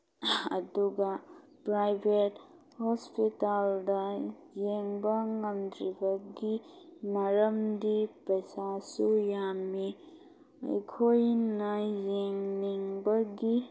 ꯑꯗꯨꯒ ꯄꯔꯥꯏꯕꯦꯠ ꯍꯣꯁꯄꯤꯇꯥꯜꯗ ꯌꯦꯡꯕ ꯉꯝꯗꯔꯤꯕꯒꯤ ꯃꯔꯝꯗꯤ ꯄꯩꯁꯥꯁꯨ ꯌꯥꯝꯃꯤ ꯑꯩꯈꯣꯏꯅ ꯌꯦꯡꯅꯤꯡꯕꯒꯤ